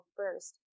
first